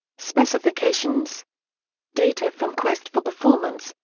specifications data from quest for performance,